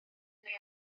neu